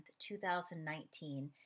2019